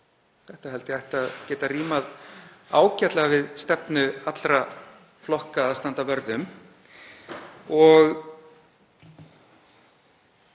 Þetta held ég að ætti að geta rímað ágætlega við stefnu allra flokka að standa vörð um.